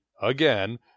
Again